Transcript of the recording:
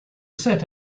set